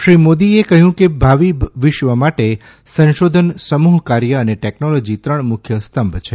શ્રી મોદીએ કહ્યું કે ભાવિ વિશ્વ માટે સંશોધન સમૂહકાર્ય અને ટેકનોલોજી ત્રણ મુખ્ય સ્તંભ છે